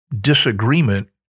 disagreement